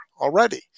already